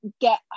get